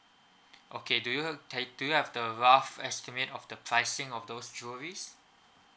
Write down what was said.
okay do you like do you have the rough estimate of the pricing of those jewelries